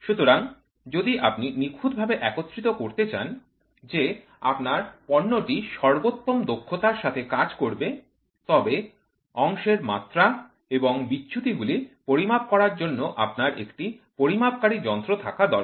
সুতরাং যদি আপনি নিখুঁত ভাবে একত্রিত করতে চান যে আপনার পণ্যটি সর্বোত্তম দক্ষতার সাথে কাজ করবে তবে অংশের মাত্রা এবং বিচ্যুতিগুলি পরিমাপ করার জন্য আপনার একটি পরিমাপকারী যন্ত্র থাকা দরকার